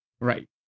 Right